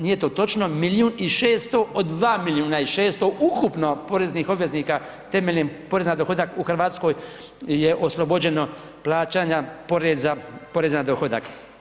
Nije to točno, milijun i 600 od 2 milijuna i 600 ukupno poreznih obveznika temeljem poreza na dohodak u Hrvatskoj je oslobođeno plaćanja poreza na dohodak.